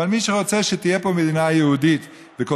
אבל מי שרוצה שתהיה פה מדינה יהודית וכל